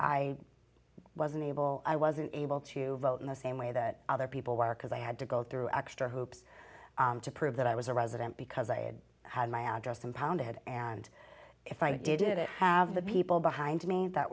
unable i wasn't able to vote in the same way that other people were because i had to go through extra hoops to prove that i was a resident because i had had my address impounded and if i did it have the people behind me that